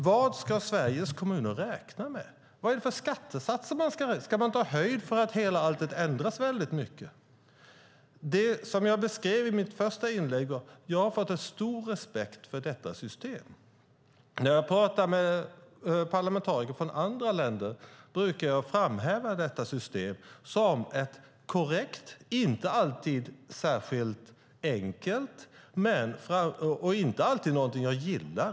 Vad ska Sveriges kommuner räkna med? Vad är det för skattesatser man ska räkna med? Ska man ta höjd för att hela alltet ändras väldigt mycket? Som jag beskrev i mitt första inlägg har jag fått en stor respekt för detta system. När jag pratar med parlamentariker från andra länder brukar jag framhäva detta system som ett korrekt system. Det är inte alltid särskilt enkelt, och det är inte alltid någonting jag gillar.